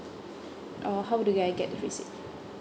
or how do I get the receipt